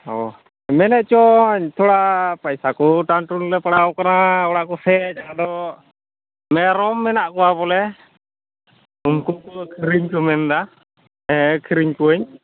ᱚᱻ ᱢᱮᱱᱮᱫᱪᱚᱧ ᱛᱷᱚᱲᱟ ᱯᱚᱭᱥᱟ ᱠᱚ ᱴᱟᱱ ᱴᱩᱱ ᱞᱮ ᱯᱟᱲᱟᱣ ᱟᱠᱟᱱᱟ ᱚᱲᱟᱜ ᱠᱚᱥᱮᱫ ᱟᱫᱚ ᱢᱮᱨᱚᱢ ᱢᱮᱱᱟᱜ ᱠᱚᱣᱟ ᱵᱚᱞᱮ ᱩᱱᱠᱩ ᱠᱚ ᱟᱹᱠᱷᱟᱨᱤ ᱠᱚ ᱢᱮᱱ ᱮᱫᱟ ᱦᱮᱸ ᱟᱹᱠᱷᱟᱨᱤᱧ ᱠᱩᱭᱟᱹᱧ